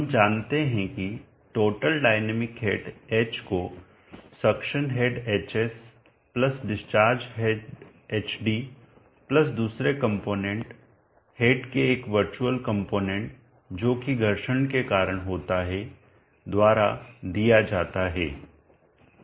हम जानते हैं कि टोटल डायनेमिक हेड h को suction head hs plus discharge head hd plus दूसरे कंपोनेंट हेड के एक वर्चुअल कंपोनेंट जो कि घर्षण के कारण होता है द्वारा दिया जाता है